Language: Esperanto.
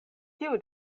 tiu